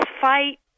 fight